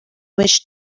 which